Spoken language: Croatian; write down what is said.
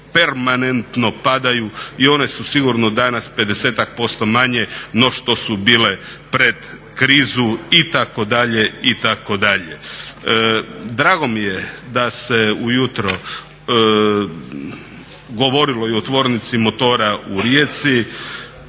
permanentno padaju i one su sigurno danas 50-ak% manje no što su bile pred krizu, itd., itd.. Drago mi je da se ujutro govorilo i o tvornici motora u Rijeci,